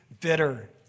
bitter